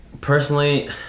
personally